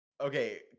Okay